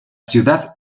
ciudad